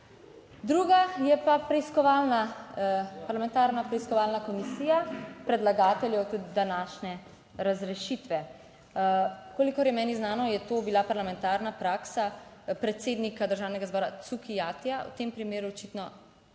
preiskovalna, parlamentarna preiskovalna komisija predlagateljev tudi današnje razrešitve. Kolikor je meni znano, je to bila parlamentarna praksa predsednika Državnega zbora Cukjatija, V tem primeru očitno,